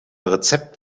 rezept